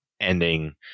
ending